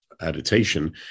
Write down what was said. adaptation